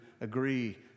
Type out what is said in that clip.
agree